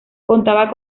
contaba